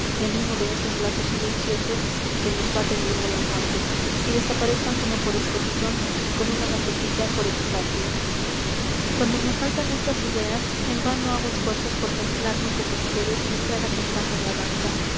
en uno de esos lazos silenciosos que nos va tendiendo la muerte y desaparezcan como por escotillón con una gacetilla por epitafio cuando me asaltan estas ideas en vano hago esfuerzos por templarme como ustedes y entrar á compás en la danza